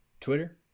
Twitter